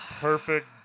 perfect